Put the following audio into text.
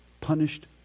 punished